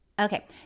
Okay